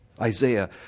isaiah